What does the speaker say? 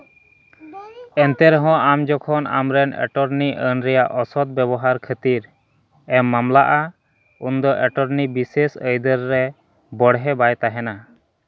ᱮᱱᱛᱮ ᱨᱮᱦᱚᱸ ᱟᱢ ᱡᱚᱠᱷᱚᱱ ᱟᱢ ᱨᱮᱱ ᱮᱴᱚᱨᱱᱤ ᱟᱹᱱ ᱨᱮᱭᱟᱜ ᱚᱥᱚᱛ ᱵᱮᱵᱚᱦᱟᱨ ᱠᱷᱟᱹᱛᱤᱨ ᱮ ᱢᱟᱢᱞᱟᱜᱼᱟ ᱩᱱᱫᱚ ᱮᱴᱚᱨᱱᱤ ᱵᱤᱥᱮᱥ ᱟᱹᱭᱫᱟᱹᱨ ᱨᱮ ᱵᱚᱲᱦᱮ ᱵᱟᱭ ᱛᱟᱦᱮᱱᱟ